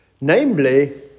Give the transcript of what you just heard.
namely